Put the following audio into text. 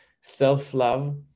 self-love